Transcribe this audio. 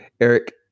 eric